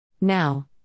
Now